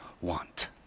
want